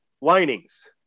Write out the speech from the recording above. linings